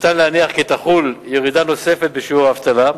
אפשר להניח כי תחול ירידה נוספת בשיעור האבטלה,